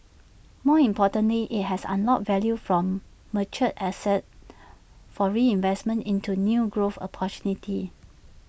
more importantly IT has unlocked value from mature assets for reinvestment into new growth opportunities